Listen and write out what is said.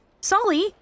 Sully